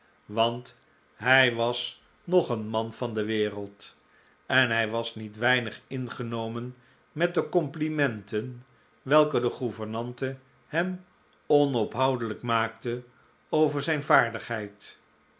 want hij was nog een man van de wereld en hij was niet weinig ingenomen met de complimenten welke de gouvernante hem onophoudelijk maakte over zijn vaardigheid